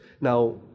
Now